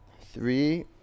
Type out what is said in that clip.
three